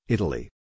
Italy